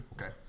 Okay